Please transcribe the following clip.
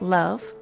love